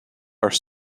are